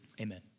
Amen